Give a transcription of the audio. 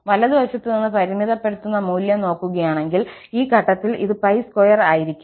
വലതുവശത്ത് നിന്ന് പരിമിതപ്പെടുത്തുന്ന മൂല്യം നോക്കുകയാണെങ്കിൽ ഈ ഘട്ടത്തിൽ ഇത് π2 ആയിരിക്കും